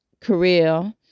career